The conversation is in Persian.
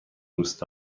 دوست